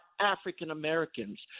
African-Americans